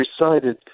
recited